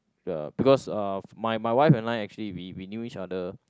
uh because uh my my wife and I actually we we knew each other